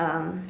um